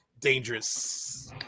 dangerous